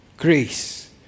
Grace